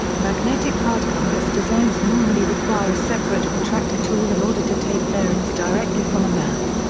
magnetic card compass designs normally require a separate protractor tool in order to take bearings directly from a map.